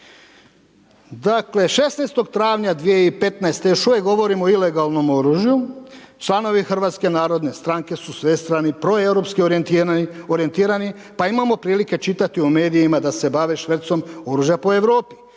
Dakle, 16. travnja 2015. još uvijek govorimo o ilegalnom oružju, članovi Hrvatske narodne stranke su svestrani proeuropski orijentirani pa imamo prilike čitati u medijima da se bave švercom oružja po Europi.